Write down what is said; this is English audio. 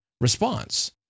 response